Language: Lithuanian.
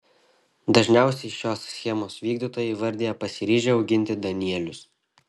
dažniausiai šios schemos vykdytojai įvardija pasiryžę auginti danielius